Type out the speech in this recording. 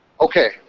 Okay